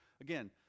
Again